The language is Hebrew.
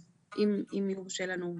אז אם יורשה לנו.